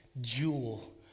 jewel